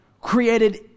created